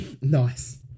Nice